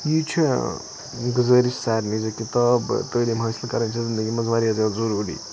یہِ چھِ گُزٲرِش سارنٕے زِ کِتاب تعلیٖم حٲصل کَرٕنۍ چھِ زِنٛدگی مَنٛز واریاہ زیادٕ ضروٗری